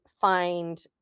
find